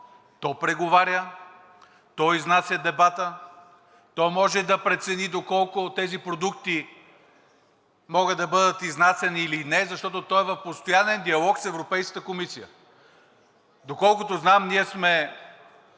то преговаря, то изнася дебата, то може да прецени доколко от тези продукти могат да бъдат изнасяни или не, защото то е в постоянен диалог с Европейската комисия.